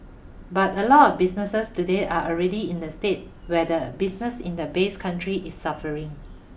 but a lot of businesses today are already in a state where the business in the base country is suffering